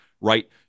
right